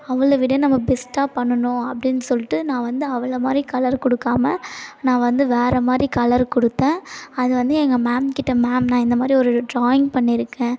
அவளை விட நம்ம பெஸ்ட்டாக பண்ணனும் அப்படின்னு சொல்லிட்டு நான் வந்து அவளை மாதிரி கலர் கொடுக்காம நான் வந்து வேறு மாதிரி கலர் கொடுத்தேன் அதுவந்து எங்கள் மேம்கிட்ட மேம் நான் இந்தமாதிரி ஒரு ட்ராயிங் பண்ணியிருக்கேன்